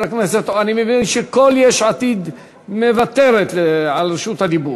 אני מבין שכל יש עתיד מוותרת על רשות הדיבור.